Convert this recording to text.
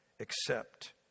accept